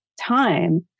time